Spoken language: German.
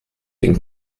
den